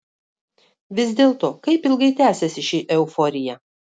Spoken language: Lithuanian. vis dėlto kaip ilgai tęsiasi ši euforija